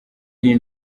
iyi